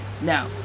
now